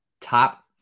top